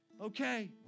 Okay